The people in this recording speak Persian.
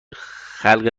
خلق